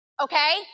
okay